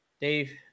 Dave